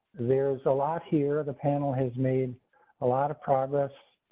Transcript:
there's a lot here. the panel has made a lot of progress,